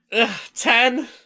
Ten